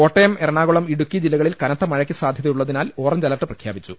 കോട്ടയം എറണാകുളം ഇടുക്കി ജില്ലകളിൽ കനത്ത മഴയ്ക്ക് സാധ്യതയുള്ളതിനാൽ ഓറഞ്ച് അലർട്ട് പ്രഖ്യാപിച്ചു